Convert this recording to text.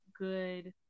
good